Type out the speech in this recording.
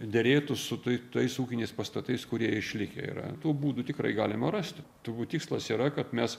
derėtų su tai tais ūkiniais pastatais kurie išlikę yra tų būdų tikrai galima rasti turbūt tikslas yra kad mes